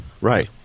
Right